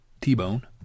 T-Bone